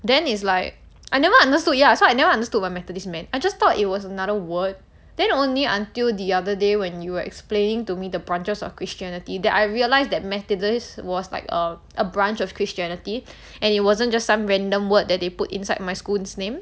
then is like I never understood ya so I understood what methodist meant I just thought it was another word then only until the other day when you are explaining to me the branches of christianity that I realised that methodist was like of a a branch of christianity and it wasn't just some random word that they put inside my school's name